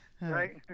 right